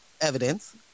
evidence